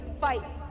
fight